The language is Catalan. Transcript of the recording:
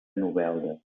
novelda